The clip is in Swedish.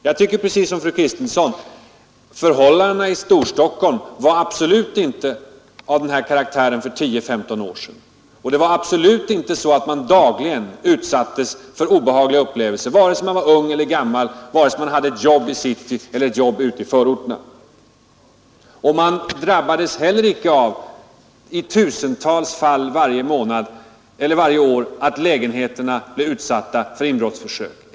Jag tycker precis som fru Kristensson: förhållandena i Storstockholm var absolut inte av den här karaktären för 10—15 år sedan, och man utsattes absolut inte dagligen för obehagliga upplevelser, vare sig man var ung eller gammal, vare sig man hade ett jobb i city eller ett jobb ute i förorterna. Man drabbades heller inte i tusentals fall varje månad eller varje år av att lägenheter eller vindskontor blev utsatta för inbrottsförsök.